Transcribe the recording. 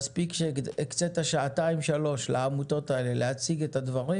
נגיד שהקצית שעתיים-שלוש לעמותות האלה להציג את הדברים